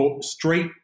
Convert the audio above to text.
straight